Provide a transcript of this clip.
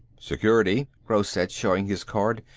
security, gross said, showing his card.